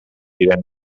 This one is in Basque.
diren